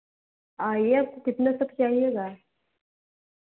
आईए आपको कितना तक चाहिएगा